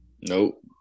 Nope